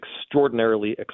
extraordinarily